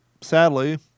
Sadly